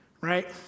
right